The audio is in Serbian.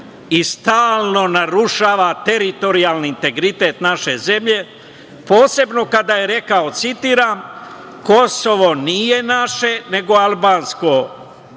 i stalno narušava teritorijalni integritet naše zemlje, posebno kada je rekao, citiram - Kosovo nije naše, nego albansko,